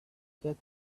get